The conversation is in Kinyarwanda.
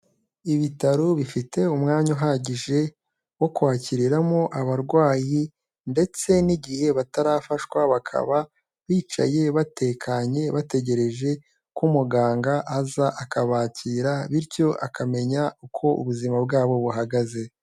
Ibitaro bifite umwanya uhagije wo kwakiriramo abarwayi ndetse n'igihe batarafashwa bakaba bicaye batekanye, bategereje ko umuganga aza akabakira bityo akamenya uko ubuzima bwabo buhagaze.